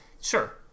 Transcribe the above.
Sure